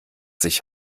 sich